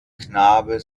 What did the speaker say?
knabe